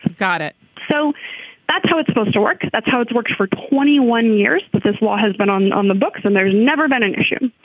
got it. so that's how it's supposed to work. that's how it works for twenty one years. but this law has been on on the books and there's never been an issue.